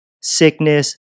sickness